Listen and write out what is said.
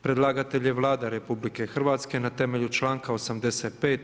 Predlagatelj je Vlada RH na temelju članka 85.